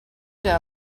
doe